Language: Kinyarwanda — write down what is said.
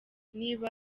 niba